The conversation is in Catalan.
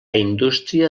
indústria